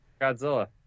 Godzilla